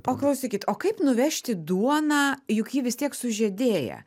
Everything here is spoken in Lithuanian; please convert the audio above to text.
o klausykit o kaip nuvežti duoną juk ji vistiek sužiedėja